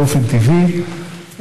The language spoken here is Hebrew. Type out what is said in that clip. באופן טבעי,